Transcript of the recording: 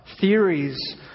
theories